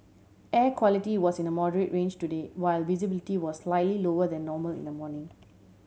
air quality was in the moderate range today while visibility was slightly lower than normal in the morning